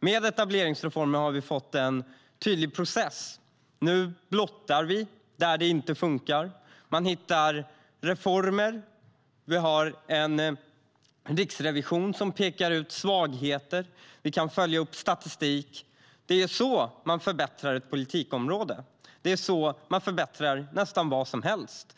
Med etableringsreformen har vi fått en tydlig process. Nu blottar vi det som inte funkar. Man hittar reformer. Riksrevisionen pekar ut svagheter. Vi kan följa statistiken. Det är så man förbättrar ett politikområde. Det är så man förbättrar nästan vad som helst.